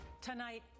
Tonight